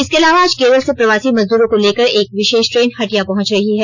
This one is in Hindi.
इसके अलावा आज केरल से प्रवासी मजदूरों को लेकर एक विषेष ट्रेन हटिया पहुंच रही है